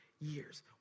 years